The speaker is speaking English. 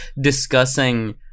discussing